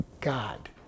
God